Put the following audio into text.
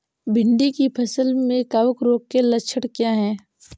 भिंडी की फसल में कवक रोग के लक्षण क्या है?